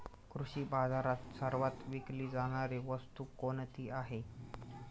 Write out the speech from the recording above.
कृषी बाजारात सर्वात विकली जाणारी वस्तू कोणती आहे?